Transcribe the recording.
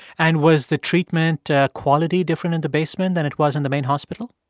and was the treatment ah quality different in the basement than it was in the main hospital?